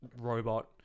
robot